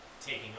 taking